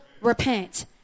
repent